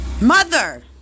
mother